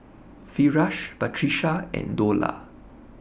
Firash Batrisya and Dollah